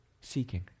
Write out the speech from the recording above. seeking